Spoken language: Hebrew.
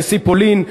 נשיא פולין,